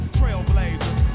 trailblazers